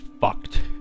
fucked